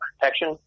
protection